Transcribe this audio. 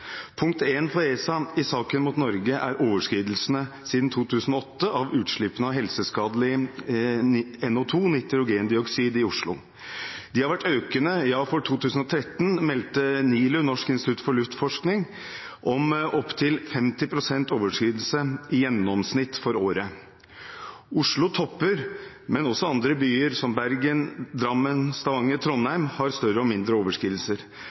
Punkt nr. 1 for ESA i saken mot Norge er overskridelsene siden 2008 av utslippene av helseskadelig NO2, nitrogendioksid, i Oslo. De har vært økende. For 2013 meldte NILU, Norsk institutt for luftforskning, om opptil 50 pst. overskridelse i gjennomsnitt for året. Oslo topper, men også andre byer, som Bergen, Drammen, Stavanger og Trondheim, har større eller mindre overskridelser.